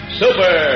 super